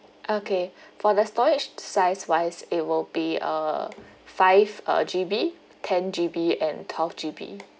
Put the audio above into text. okay for the storage size wise it will be uh five uh G_B ten G_B and twelve G_B